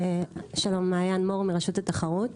שלום, מעיין מור מרשות התחרות.